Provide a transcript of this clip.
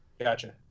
Gotcha